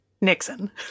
Nixon